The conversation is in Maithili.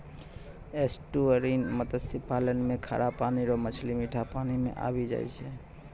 एस्टुअरिन मत्स्य पालन मे खारा पानी रो मछली मीठा पानी मे आबी जाय छै